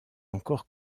encore